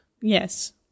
Yes